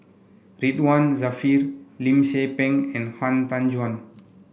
Ridzwan Dzafir Lim Tze Peng and Han Tan Juan